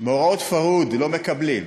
על מאורעות ה"פרהוד" לא מקבלים,